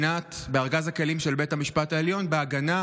בארגז הכלים של בית המשפט העליון להגנה